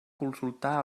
consultar